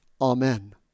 Amen